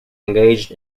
engaged